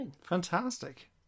Fantastic